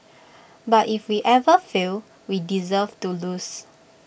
but if we ever fail we deserve to lose